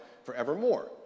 forevermore